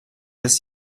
des